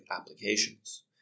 applications